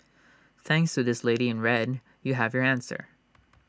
thanks to this lady in red you have your answer